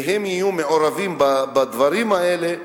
והם יהיו מעורבים בדברים האלה,